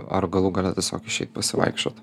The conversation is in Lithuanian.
ar galų gale tiesiog išeit pasivaikščiot